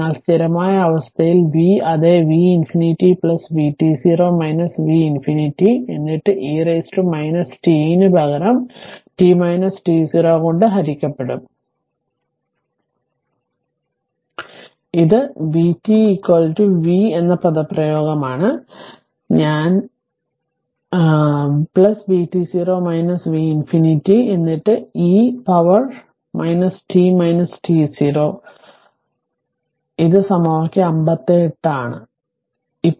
എന്നാൽ സ്ഥിരമായ അവസ്ഥയിൽ v അതേ v ∞ vt0 v ∞ എന്നിട്ട് e t ന് പകരം അത് t t0 by കൊണ്ട് ഹരിക്കപ്പെടും അതിനാൽ ഇത് vt v എന്ന പദപ്രയോഗമാണ് ഞാൻ vt0 v ∞ എന്നിട്ട് e to power t t0 by by ഇത് സമവാക്യം 58 ആണ്